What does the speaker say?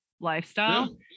lifestyle